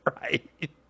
Right